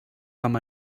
com